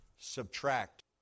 subtract